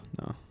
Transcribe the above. no